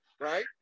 right